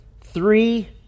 Three